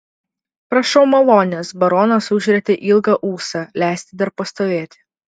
prašau malonės baronas užrietė ilgą ūsą leisti dar pastovėti